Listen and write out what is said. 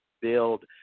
build